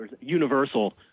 Universal